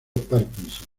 parkinson